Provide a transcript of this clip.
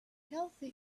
healthy